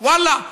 ואללה,